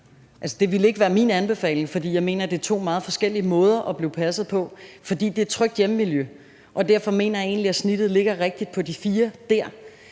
Det ville ikke være min anbefaling, fordi jeg mener, at det er to meget forskellige måder at blive passet på, fordi det dér er et trygt hjemmemiljø, og derfor mener jeg egentlig, at snittet på de fire børn